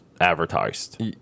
advertised